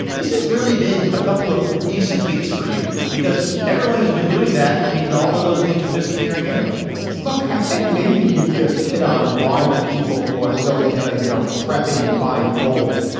this has really been a couple of decent weeks for you because everyone who's been doing that, i mean, although those things are disappearing anyway look, i think maybe you've just hit on why the people who are so into, you know, prepping and buying gold,